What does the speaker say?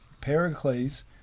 Pericles